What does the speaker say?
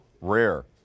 rare